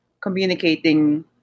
communicating